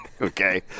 Okay